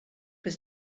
was